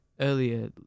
earlier